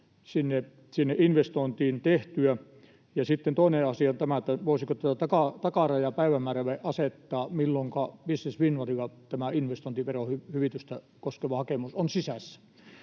sinne investointiin tehtyä. Sitten toinen asia on, että voisiko asettaa takarajan päivämäärälle, milloinka Business Finlandilla tämä investointiverohyvitystä koskeva hakemus on sisässä.